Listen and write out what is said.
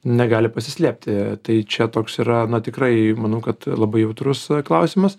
negali pasislėpti tai čia toks yra tikrai manau kad labai jautrus klausimas